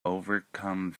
overcome